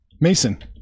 Mason